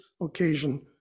occasion